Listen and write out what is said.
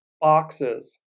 boxes